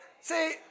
See